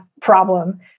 problem